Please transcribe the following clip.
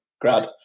grad